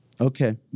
Okay